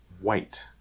white